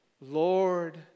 Lord